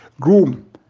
groom